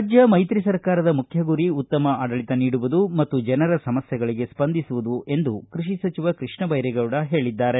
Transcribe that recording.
ರಾಜ್ಯ ಮೈತ್ರಿ ಸರ್ಕಾರದ ಮುಖ್ಯ ಗುರಿ ಉತ್ತಮ ಆಡಳತ ನೀಡುವುದು ಮತ್ತು ಜನರ ಸಮಸ್ಥೆಗಳಿಗೆ ಸ್ಪಂದಿಸುವುದು ಎಂದು ಕೃಷಿ ಸಚಿವ ಕೃಷ್ಣ ಬೈರೇಗೌಡ ಹೇಳಿದ್ದಾರೆ